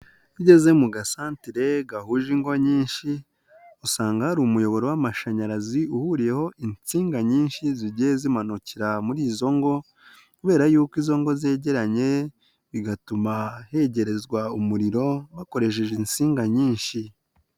Iyo ugeze mu gasantere gahuje ingo nyinshi usanga hari umuyoboro w'amashanyarazi uhuriyeho insinga nyinshi zigiye zimanukira muri izo ngo kubera yuko izo ngo zegeranye bigatuma hegerezwa umuriro bakoresheje insinga nyinshi.